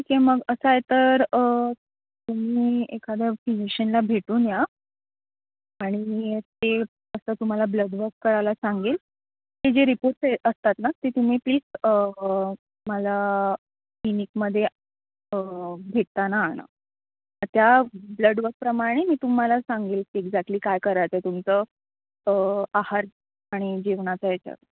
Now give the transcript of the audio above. ठीक आहे मग असं आहे तर तुम्ही एखाद्या फिनिशियनला भेटून या आणि ते असं तुम्हाला ब्लड वर्क करायला सांगेल ते जे रिपोर्टस असतात ना ते तुम्ही प्लीज मला क्लिनिकमध्ये भेटताना आणा त्या ब्लडवर्कप्रमाणे मी तुम्हाला सांगेल की एक्झॅक्टली काय करायचं तुमचं आहार आणि जेवणाचा याच्यात